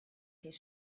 his